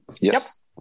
Yes